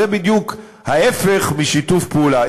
זה בדיוק ההפך משיתוף פעולה.